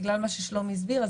בגלל מה ששלומי הסביר,